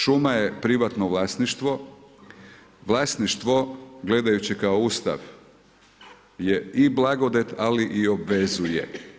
Šuma je privatno vlasništvo, vlasništvo gledajući kao Ustav je i blagodat, ali i obvezuje.